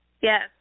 Yes